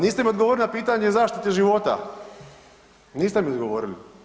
Niste mi odgovorili pitanje o zaštiti života, niste mi odgovorili.